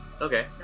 Okay